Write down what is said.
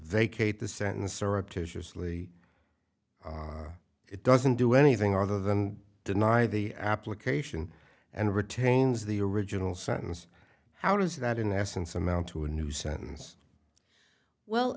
vacate the sentence surreptitiously it doesn't do anything other than deny the application and retains the original sentence how does that in essence amount to a new sentence well